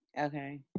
Okay